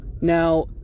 now